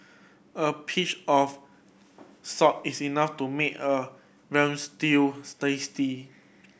a pinch of salt is enough to make a veal stews tasty